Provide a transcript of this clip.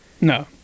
No